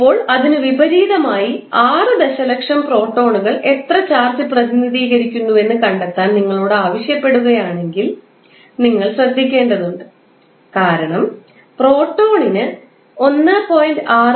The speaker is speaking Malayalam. ഇപ്പോൾ അതിനു വിപരീതമായി 6 ദശലക്ഷം പ്രോട്ടോണുകൾ എത്ര ചാർജ് പ്രതിനിധീകരിക്കുന്നുവെന്ന് കണ്ടെത്താൻ നിങ്ങളോട് ആവശ്യപ്പെടുകയാണെങ്കിൽ നിങ്ങൾ ശ്രദ്ധിക്കേണ്ടതുണ്ട് കാരണം പ്രോട്ടോണിന് 1